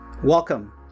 Welcome